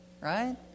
right